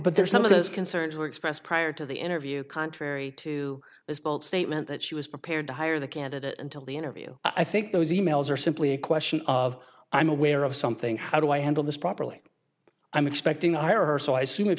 but there's some of those concerns were expressed prior to the interview contrary to this bold statement that she was prepared to hire the candidate until the interview i think those emails are simply a question of i'm aware of something how do i handle this properly i'm expecting her so i assume if